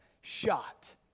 shot